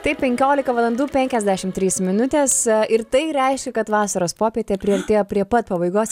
taip penkiolika valandų penkiasdešim trys minutės ir tai reiškia kad vasaros popietė priartėjo prie pat pabaigos